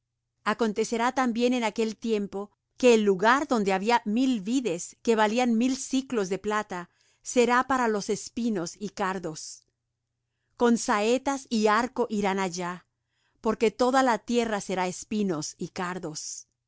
acontecerá también en aquel tiempo que el lugar donde había mil vides que valían mil siclos de plata será para los espinos y cardos con saetas y arco irán allá porque toda la tierra será espinos y cardos